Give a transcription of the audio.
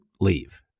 leave